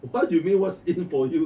what do you what's in for you